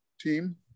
team